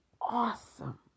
awesome